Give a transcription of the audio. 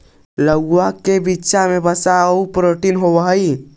लउका के बीचा में वसा आउ प्रोटीन होब हई